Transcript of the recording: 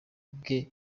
bwe